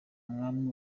mwami